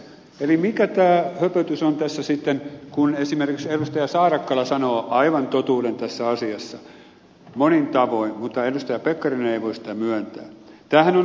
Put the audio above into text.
eli mikä tämä höpötys on tässä sitten kun esimerkiksi edustaja saarakkala sanoo aivan totuuden tässä asiassa monin tavoin mutta edustaja pekkarinen ei voi sitä myöntää